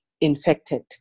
infected